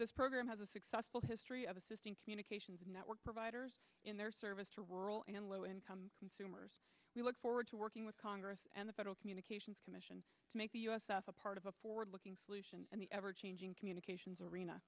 this program has a successful history of assisting communications network providers in their service to rural and low income consumers we look forward to working with congress and the federal communications commission us as a part of a forward looking solution and the ever changing communications arena